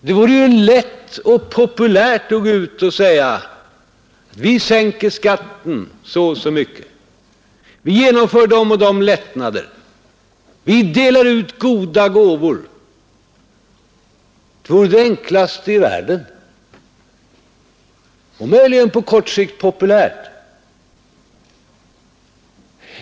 Det vore ju lätt och populärt att gå ut och säga: Vi sänker skatten så och så mycket. Vi genomför de och de lättnaderna. Vi delar ut goda gåvor. Det vore det enklaste i världen och möjligen på kort sikt populärt.